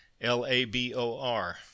l-a-b-o-r